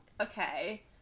Okay